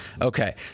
Okay